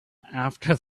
after